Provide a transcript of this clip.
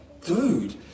dude